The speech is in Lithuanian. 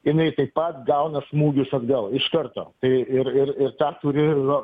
jinai taip pat gauna smūgius atgal iš karto tai ir ir ir tą turi nu